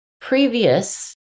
previous